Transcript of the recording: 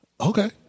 Okay